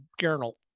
journal